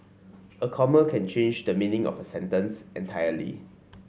a comma can change the meaning of a sentence entirely